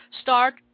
start